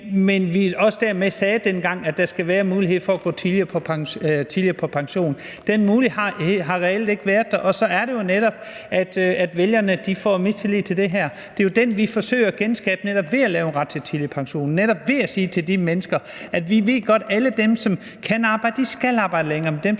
Men vi sagde dermed også dengang, at der skal være mulighed for at gå tidligere på pension. Den mulighed har reelt ikke været der, og så er det jo netop, at vælgerne får mistillid til det her. Det er den, vi forsøger at genskabe ved netop at lave en ret til tidlig pension, ved netop at sige til de mennesker, at vi godt ved, at alle dem, som kan arbejde, skal arbejde længere, men dem,